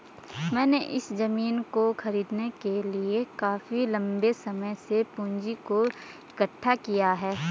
मैंने इस जमीन को खरीदने के लिए काफी लंबे समय से पूंजी को इकठ्ठा किया है